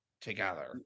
together